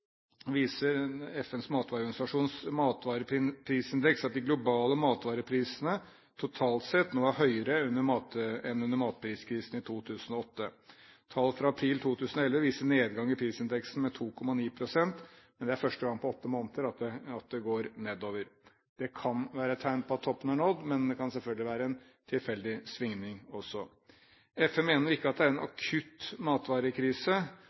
FNs matvareorganisasjons matvareprisindeks, som viser at de globale matvareprisene totalt sett nå er høyere enn under matpriskrisen i 2008. Tall fra april 2011 viser en nedgang i prisindeksen med 2,9 pst., men det er første gang på åtte måneder at det går nedover. Det kan være et tegn på at toppen er nådd, men det kan selvfølgelig være en tilfeldig svingning også. FN mener ikke at det er en akutt matvarekrise.